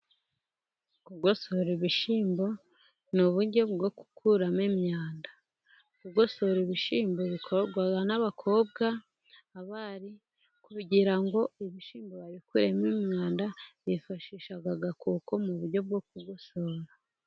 Kugosora ibishyimbo ni uburyo bwo gukuramo imyanda. Kugosora ibishyimbo bikorwa n'abakobwa, abari, kugira ngo ibishyimbo babikuremo imyanwanda, bifashisha agakoko mu buryo bwo kugosora.